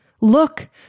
Look